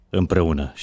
împreună